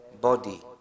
body